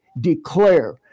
declare